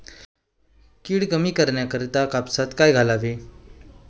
कीड कमी करण्यासाठी कापसात काय घालावे?